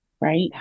right